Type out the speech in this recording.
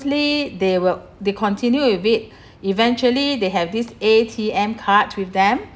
~ly they will they continue with it eventually they have this A_T_M card with them